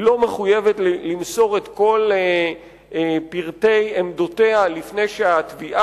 היא לא מחויבת למסור את כל פרטי עמדותיה לפני שהתביעה